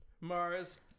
Mars